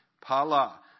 Pala